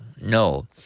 no